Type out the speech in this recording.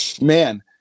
man